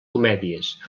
comèdies